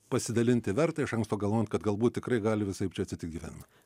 pasidalinti verta iš anksto galvojant kad galbūt tikrai gali visaip čia atsitikt gyvenime